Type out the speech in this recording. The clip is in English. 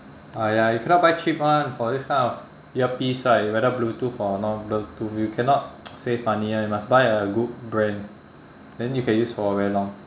ah ya you cannot buy cheap [one] for this kind of earpiece right whether bluetooth or non bluetooth you cannot save money [one] you must buy a good brand then you can use for very long